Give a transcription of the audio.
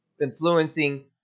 influencing